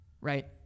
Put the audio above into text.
right